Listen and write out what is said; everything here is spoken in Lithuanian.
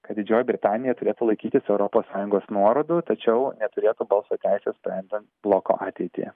kad didžioji britanija turėtų laikytis europos sąjungos nuorodų tačiau neturėtų balso teisės sprendžiant bloko ateitį